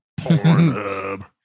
Pornhub